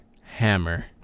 Hammer